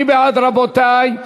מי בעד, רבותי?